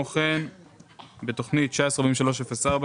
בתוכנית 19-43-04,